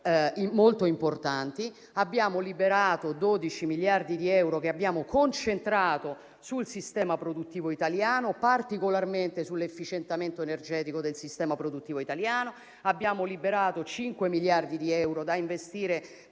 molto importanti. Abbiamo liberato 12 miliardi di euro che abbiamo concentrato sul sistema produttivo italiano, particolarmente sul suo efficientamento energetico. Abbiamo liberato 5 miliardi di euro da investire